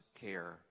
care